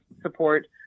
support